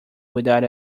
without